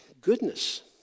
goodness